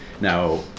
Now